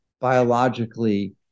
biologically